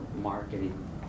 marketing